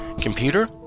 Computer